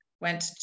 went